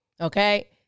Okay